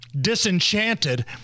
disenchanted